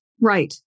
right